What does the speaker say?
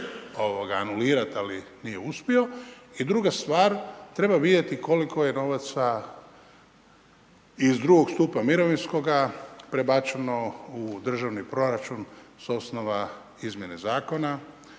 anulirati, ali nije uspio. I druga stvar, treba vidjeti koliko je novaca iz II stupa mirovinskoga prebačeno u državni proračun s osnova izmjene Zakona.